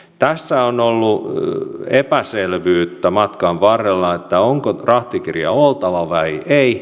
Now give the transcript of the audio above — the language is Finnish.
tässä on ollut epäselvyyttä matkan varrella että onko rahtikirja oltava vai ei